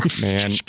Man